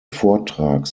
vortrag